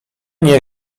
nie